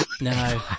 no